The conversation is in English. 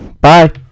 Bye